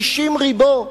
60 ריבוא,